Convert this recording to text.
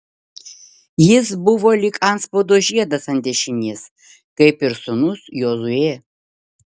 jis buvo lyg antspaudo žiedas ant dešinės kaip ir sūnus jozuė